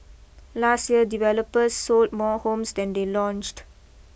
last year developers sold more homes than they launched